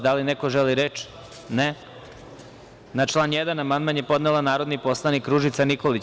Da li neko želi reč? (Ne) Na član 1. amandman je podnela narodni poslanik Ružica Nikolić.